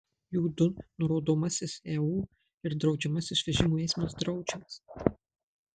jų du nurodomasis eu ir draudžiamasis vežimų eismas draudžiamas